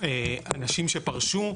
אנשים שפרשו.